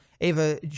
Ava